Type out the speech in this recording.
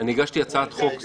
הגשתי הצעת חוק,